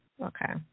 Okay